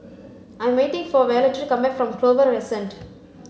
I'm waiting for Violetta to come back from Clover Crescent